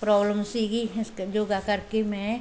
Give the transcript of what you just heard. problem ਸੀਗੀ ਇਸ ਯੋਗਾ ਕਰਕੇ ਮੈਂ